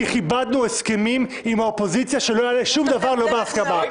כיבדנו הסכמים עם האופוזיציה שלא יעלה שום דבר לא בהסכמה.